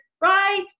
right